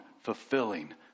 fulfilling